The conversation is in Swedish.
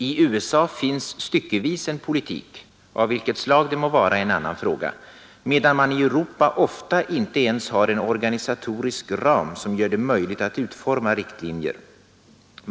I USA finns styckevis en politik — av vilket slag det må vara är en annan fråga — medan man i Europa ofta inte ens har en organisatorisk ram som gör det möjligt att utforma riktlinjer.